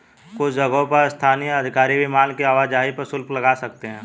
कुछ जगहों पर स्थानीय अधिकारी भी माल की आवाजाही पर शुल्क लगा सकते हैं